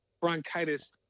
bronchitis